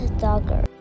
dogger